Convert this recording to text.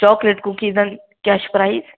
chocolate کُکیٖزَن کیٛاہ چھُ پرٛایِز